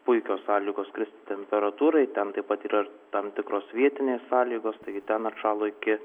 puikios sąlygos kristi temperatūrai ten taip pat yra tam tikros vietinės sąlygos tai ten atšalo iki